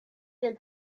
del